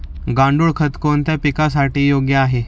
गांडूळ खत कोणत्या पिकासाठी योग्य आहे?